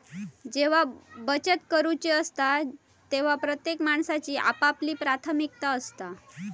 जेव्हा बचत करूची असता तेव्हा प्रत्येक माणसाची आपापली प्राथमिकता असता